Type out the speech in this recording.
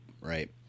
Right